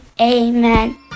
Amen